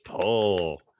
pull